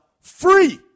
free